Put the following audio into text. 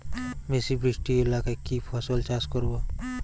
বেশি বৃষ্টি এলাকায় কি ফসল চাষ করব?